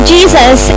Jesus